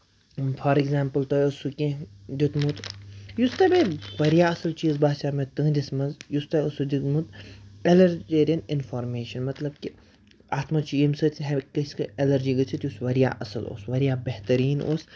for example تۄہہِ اوسوٕ کیٚنٛہہ دِیُتمُت یُس تۄہہِ بیٚیہِ واریاہ اَصٕل چیٖز باسیٚو مےٚ تُہٕنٛدِس منٛز یُس تۄہہِ اوسوٕ دیُتمُت ایٚلرجیرِین اِنفارمیشن مطلب کہِ اَتھ منٛز چھُ ییٚمہِ ہیٚکہِ کٲنٛسہِ ایٚلرجی گٔژھِتھ یُس واریاہ اَصٕل اوس واریاہ بہتریٖن ٲس